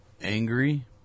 angry